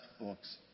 books